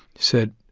said,